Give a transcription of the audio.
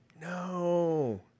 No